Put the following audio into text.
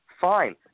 Fine